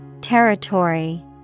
Territory